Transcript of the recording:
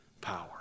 power